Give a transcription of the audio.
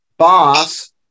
Boss